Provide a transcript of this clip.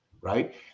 right